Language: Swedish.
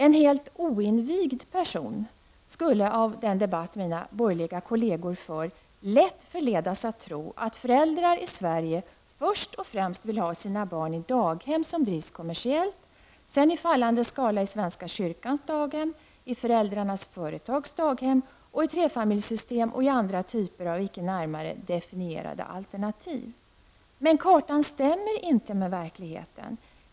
En helt oinvigd person skulle av den debatt mina borgerliga kolleger för, lätt förledas att tro att föräldrar i Sverige först och främst vill ha sina barn i daghem som drivs kommersiellt, sedan i fallande skala i svenska kyrkans daghem, i föräldrarnas företags daghem, i trefamiljssystem och i andra typer av icke närmare definierade alternativ. Men kartan stämmer inte med verkligheten.